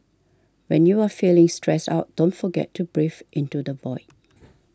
when you are feeling stressed out don't forget to breathe into the void